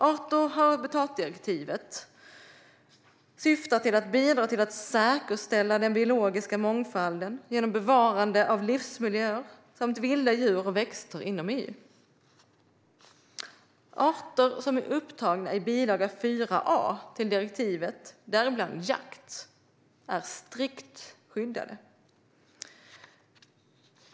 Art och habitatdirektivet syftar till att bidra till att säkerställa den biologiska mångfalden genom bevarande av livsmiljöer samt vilda djur och växter inom EU. Arter som är upptagna i bil. 4 a till direktivet, däribland varg, är strikt skyddade.